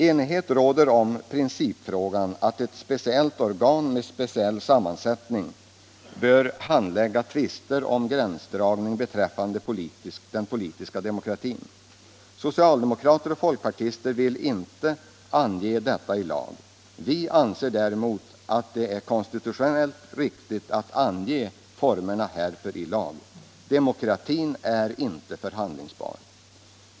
Enighet råder om principfrågan att ett speciellt organ med särskild sammansättning bör handlägga tvister om gränsdragning be nde den politiska demokratin. Socialdemokrater och folkpartister vill inte ange detta i lag. Vi anser däremot att det är konstitutionellt riktigt att ange formerna härför i lag. Demokratin är inte förhandlingsbar.